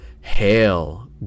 hail